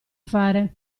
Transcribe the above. fare